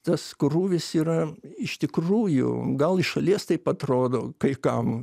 tas krūvis yra iš tikrųjų gal iš šalies taip atrodo kai kam